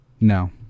No